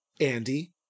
Andy